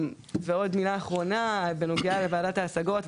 ועוד מילה אחרונה בנוגע לוועדת ההשגות.